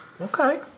Okay